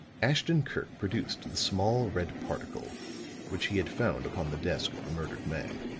ashton-kirk produced the small red particle which he had found upon the desk of the murdered man.